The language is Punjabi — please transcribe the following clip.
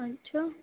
ਅੱਛਾ